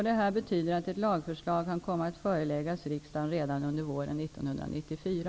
Det här betyder att ett lagförslag kan komma att föreläggas riksdagen under våren 1994.